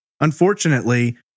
Unfortunately